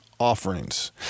Offerings